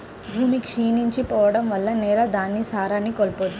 భూమి క్షీణించి పోడం వల్ల నేల దాని సారాన్ని కోల్పోయిద్ది